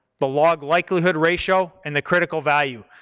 the log likelihood ratio, and the critical value.